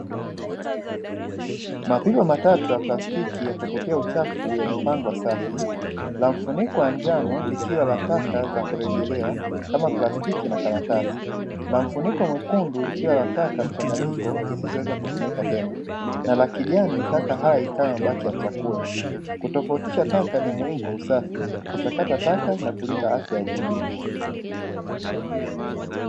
Mapipa matatu ya plastiki ya kutupia uchafu yamepangwa safi: la mfuniko wa njano likiwa la taka la za kurejelewa kama plastiki na karatasi; la mfuniko mwekundu likiwa la taka mchanganyiko zisizoweza kutumika tena; na la kijani taka hai kama mabaki ya chakula. Kutofautisha taka ni muhimu kwa usafi, kuchakata taka na kulinda afya ya jamii.